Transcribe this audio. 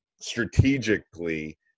strategically